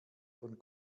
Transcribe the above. von